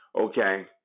okay